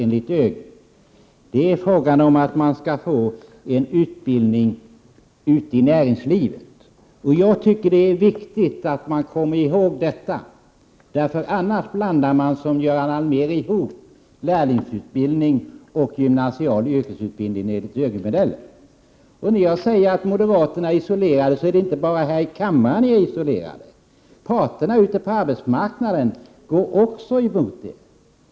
Det är i stället fråga om att man skall få en utbildning ute i näringslivet. Det är viktigt att man kommer ihåg detta. I annat fall blandar man — som Göran Allmér — ihop lärlingsutbildning och gymnasial yrkesutbildning enligt ÖGY-modellen. När jag säger att moderaterna är isolerade, så menar jag inte enbart här i kammaren. Parterna ute på arbetsmarknaden går också emot er.